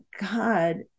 God